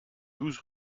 douze